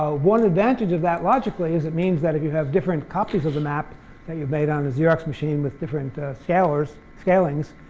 ah one advantage of that logically is it means that if you have different copies of the map that you've made on a xerox machine with different scalings,